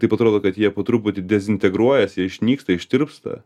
taip atrodo kad jie po truputį dezintegruojasi jie išnyksta ištirpsta